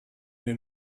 den